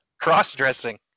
cross-dressing